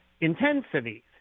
intensities